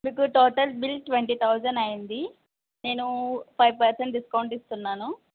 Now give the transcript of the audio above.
మీకు total bill twenty thousand అయ్యింది నేను ఫైవ్ పర్సెంట్ డిస్కౌంట్ ఇస్తున్నాను